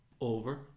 over